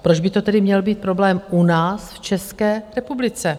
Proč by to tedy měl být problém u nás v České republice?